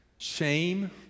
Shame